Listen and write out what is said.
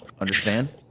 Understand